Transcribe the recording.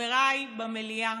חבריי במליאה,